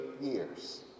years